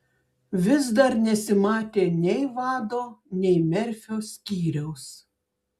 vis dar nesimatė nei vado nei merfio skyriaus